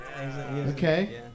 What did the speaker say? Okay